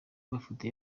mafoto